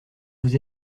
vous